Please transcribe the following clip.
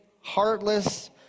heartless